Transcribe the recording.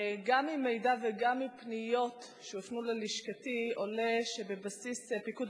גם ממידע וגם מפניות שהופנו ללשכתי עולה שבבסיס פיקוד